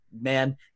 man